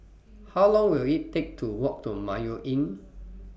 How Long Will IT Take to Walk to Mayo Inn